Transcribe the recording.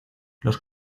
los